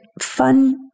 fun